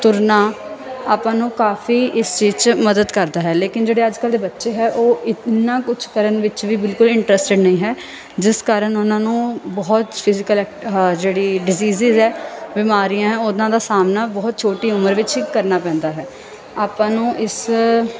ਤੁਰਨਾ ਆਪਾਂ ਨੂੰ ਕਾਫੀ ਇਸ ਚੀਜ਼ 'ਚ ਮਦਦ ਕਰਦਾ ਹੈ ਲੇਕਿਨ ਜਿਹੜੇ ਅੱਜ ਕੱਲ੍ਹ ਦੇ ਬੱਚੇ ਹੈ ਉਹ ਇੰਨਾ ਕੁਝ ਕਰਨ ਵਿੱਚ ਵੀ ਬਿਲਕੁਲ ਇੰਟਰਸਟਡ ਨਹੀਂ ਹੈ ਜਿਸ ਕਾਰਨ ਉਹਨਾਂ ਨੂੰ ਬਹੁਤ ਫਿਜੀਕਲ ਐਕ ਆਹ ਜਿਹੜੀ ਡਸਿਸਜ ਹੈ ਬਿਮਾਰੀਆਂ ਉਹਨਾਂ ਦਾ ਸਾਹਮਣਾ ਬਹੁਤ ਛੋਟੀ ਉਮਰ ਵਿੱਚ ਹੀ ਕਰਨਾ ਪੈਂਦਾ ਹੈ ਆਪਾਂ ਨੂੰ ਇਸ